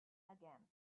again